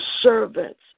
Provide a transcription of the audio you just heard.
servants